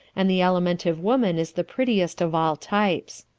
and the alimentive woman is the prettiest of all types.